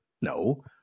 No